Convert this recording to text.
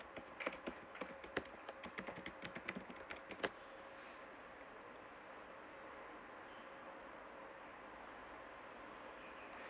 mm